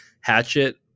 Hatchet